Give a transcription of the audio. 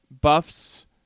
Buffs